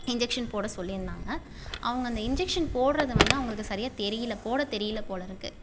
injection போட சொல்லிருந்தாங்க அவங்க அந்த இன்ஜெக்ஷன் போடுறது வந்து அவங்களுக்கு சரியாக தெரியல போட தெரியல போலருக்கு